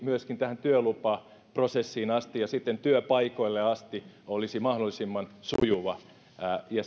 myöskin työlupaprosessiin ja työpaikoille asti olisi mahdollisimman sujuva se lupaus